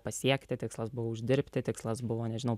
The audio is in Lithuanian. pasiekti tikslas buvo uždirbti tikslas buvo nežinau